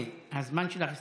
הזמן שלך הסתיים,